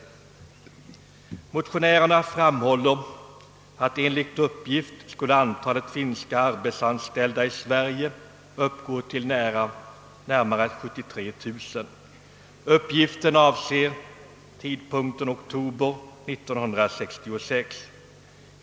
Motio närerna framhåller att enligt uppgift skulle antalet finska arbetsanställda i Sverige uppgå till närmare 73 000. Denna uppgift avser tidpunkten oktober 1966.